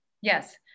yes